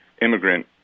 immigrant